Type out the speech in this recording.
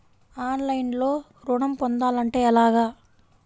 ఆన్లైన్లో ఋణం పొందాలంటే ఎలాగా?